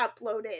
uploaded